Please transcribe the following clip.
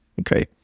Okay